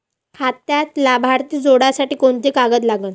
खात्यात लाभार्थी जोडासाठी कोंते कागद लागन?